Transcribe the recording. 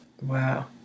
Wow